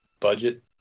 budget